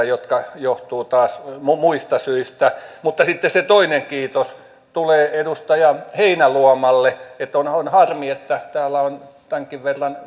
jotka johtuvat taas muista syistä sitten se toinen kiitos tulee edustaja heinäluomalle on on harmi että täällä on tämänkin verran